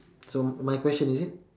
so my question is it